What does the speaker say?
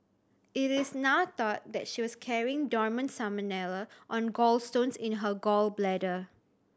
it is now thought that she was carrying dormant salmonella on gallstones in her gall bladder